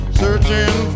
searching